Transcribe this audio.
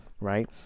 right